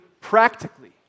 practically